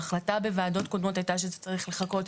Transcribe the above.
וההחלטה בוועדות קודמות הייתה שזה צריך לחכות,